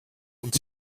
und